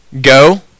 Go